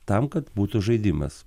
tam kad būtų žaidimas